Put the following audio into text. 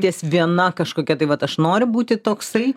ties viena kažkokia tai vat aš noriu būti toksai